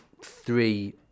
three